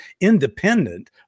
independent